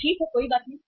तो ठीक है कोई बात नहीं